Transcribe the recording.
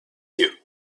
you